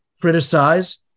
criticize